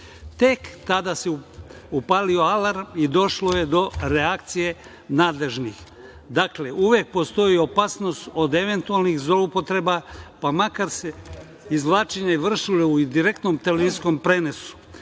Tek tada se upalio alarm i došlo je do reakcije nadležnih. Dakle, uvek postoji opasnost od eventualnih zloupotreba, pa makar se izvlačenje vršilo i u direktnom TV prenosu.